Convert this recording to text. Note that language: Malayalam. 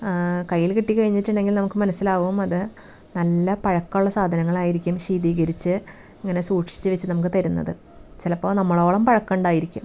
കയ്യിൽ കിട്ടിക്കഴിഞ്ഞിട്ടുണ്ടെങ്കിൽ മനസ്സിലാവും അത് നല്ല പഴക്കമുള്ള സാധനങ്ങളായിരിക്കും ശീതീകരിച്ച് ഇങ്ങനെ സൂക്ഷിച്ച് വച്ച് നമുക്ക് തരുന്നത് ചിലപ്പോൾ നമ്മളോളം പഴക്കമുണ്ടായിരിക്കും